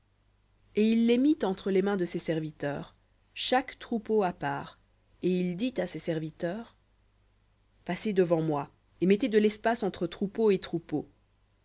et il les mit entre les mains de ses serviteurs chaque troupeau à part et il dit à ses serviteurs passez devant moi et mettez de l'espace entre troupeau et troupeau